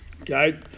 Okay